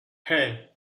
hey